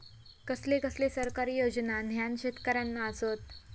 कसले कसले सरकारी योजना न्हान शेतकऱ्यांना आसत?